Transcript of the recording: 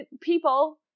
people